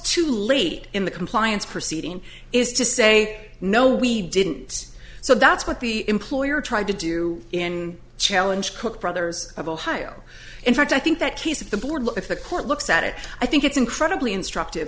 too late in the compliance proceeding is to say no we didn't so that's what the employer tried to do in challenge cook brothers of ohio in fact i think that case if the board if the court looks at it i think it's incredibly instruct